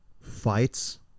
fights